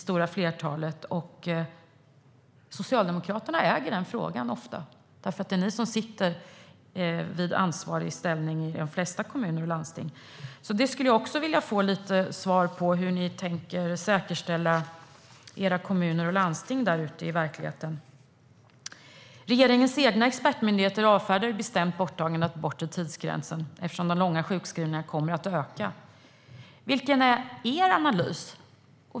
Socialdemokraterna äger ofta denna fråga eftersom ni sitter i ansvarig ställning i de flesta kommuner och landsting. Jag skulle vilja ha svar på hur ni säkerställer detta i era kommuner och landsting där ute i verkligheten. Regeringen egna expertmyndigheter avfärdar bestämt borttagandet av den bortre tidsgränsen eftersom de långa sjukskrivningarna kommer att öka. Vilken är er analys?